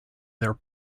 their